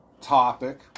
topic